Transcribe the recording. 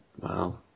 Wow